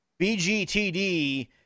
BGTD